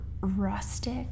rustic